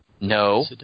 No